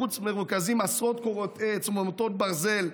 בחוץ מרוכזים עשרות קורות עץ ומוטות ברזל,